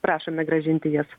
prašome grąžinti jas